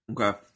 Okay